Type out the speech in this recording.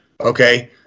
Okay